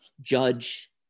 judge